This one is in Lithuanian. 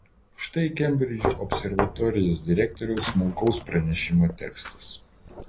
štai kembridžo observatorijos direktoriaus smulkaus pranešimo tekstas